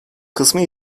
kısmı